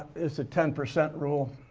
it's the ten percent rule